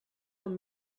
com